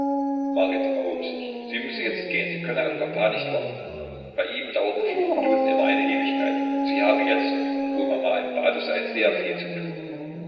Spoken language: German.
erhob sich sie müsse jetzt gehen sie könne auf papa nicht warten bei ihm dauerten fünf minuten immer eine ewigkeit und sie habe jetzt wo mama im bade sei sehr viel zu tun